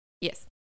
Yes